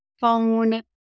phone